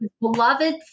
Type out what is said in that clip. beloved